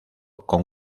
con